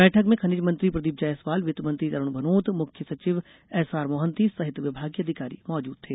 बैठक में खनिज मंत्री प्रदीप जायसवाल वित्त मंत्री तरुण भनोत मुख्य सचिव एसआर मोहंती सहित विभागीय अधिकारी मौजूद थे